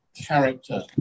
character